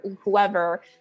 whoever